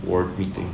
ward meeting